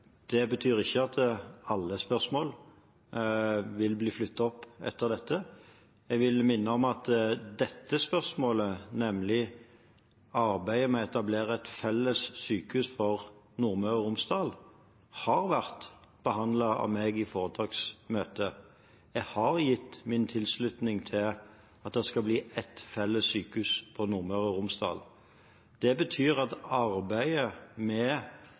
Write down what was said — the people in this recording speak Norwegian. Det betyr ikke at alle spørsmål vil bli flyttet opp etter dette. Jeg vil minne om at dette spørsmålet, nemlig arbeidet med å etablere et felles sykehus for Nordmøre og Romsdal, har vært behandlet av meg i foretaksmøte. Jeg har gitt min tilslutning til at det skal bli ett felles sykehus for Nordmøre og Romsdal. Det betyr at arbeidet med